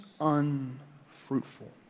unfruitful